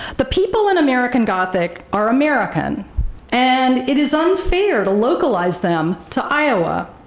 but people in american gothic are american and it is unfair to localize them to iowa.